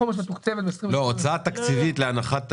השאלה המרכזית היא האם יש